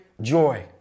joy